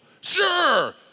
Sure